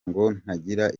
ntagira